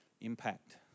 impact